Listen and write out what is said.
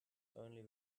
only